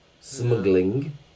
smuggling